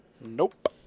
Nope